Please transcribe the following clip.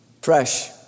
Fresh